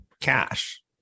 cash